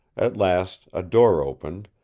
at last a door opened,